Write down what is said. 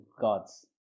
gods